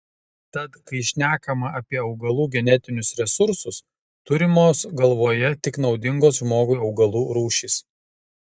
tad kai šnekama apie augalų genetinius resursus turimos galvoje tik naudingos žmogui augalų rūšys